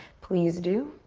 please do.